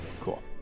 Cool